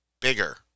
bigger